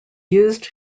used